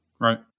Right